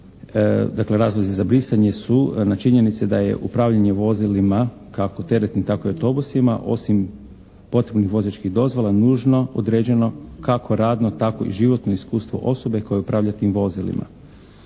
dakle razlozi za brisanje su na činjenici da je upravljanje vozilima, kako teretnim tako i autobusima osim potrebnih vozačkih dozvola nužno određeno kako radno tako i životno iskustvo osobe koja upravlja tim vozilima.